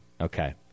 Okay